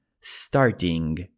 starting